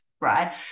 right